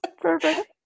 Perfect